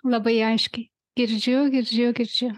labai aiškiai girdžiu girdžiu girdžiu